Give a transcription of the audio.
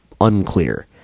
unclear